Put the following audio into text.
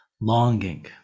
longing